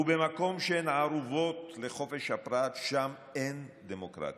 ובמקום שאין ערובות לחופש הפרט, שם אין דמוקרטיה".